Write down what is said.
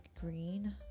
green